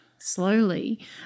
slowly